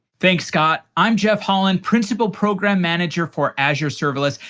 thanks scott. i'm jeff hollan, principal program manager for azure serverless,